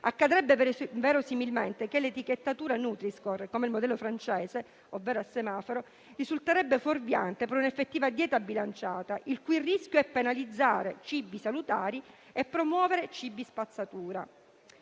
consumatore. Verosimilmente l'etichettatura nutri-score, come il modello francese, a semaforo, risulterebbe fuorviante per un'effettiva dieta bilanciata, con il rischio di penalizzare cibi salutari e promuovere cibi spazzatura.